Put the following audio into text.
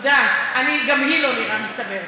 תודה, גם לי לא נראה מסתדר.